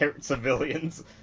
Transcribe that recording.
civilians